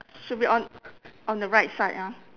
should be on on the right side ah